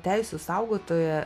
teisių saugotoja